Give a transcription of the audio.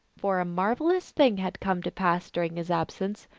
for a marvelous thing had come to pass during his absence,